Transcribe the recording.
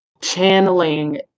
channeling